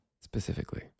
specifically